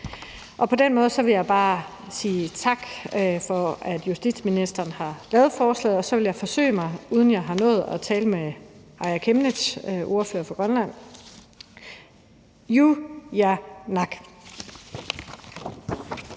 på. På den måde vil jeg bare sige tak for, at justitsministeren har lavet forslaget, og så vil jeg forsøge mig, uden at jeg har nået at tale med Aaja Chemnitz, medlem fra Grønland: Qujanaq.